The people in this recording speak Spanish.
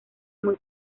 muy